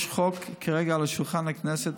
יש הצעת חוק כרגע על שולחן הכנסת,